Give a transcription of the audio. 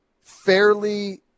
fairly –